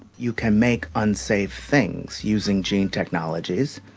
you can make unsafe things using gene technologies.